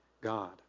God